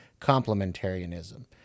complementarianism